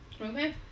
Okay